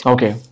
Okay